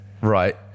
Right